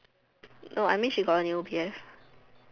no I mean she got a new B_F